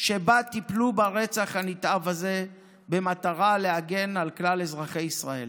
שבה טיפלו ברצח הנתעב הזה במטרה להגן על כלל אזרחי ישראל.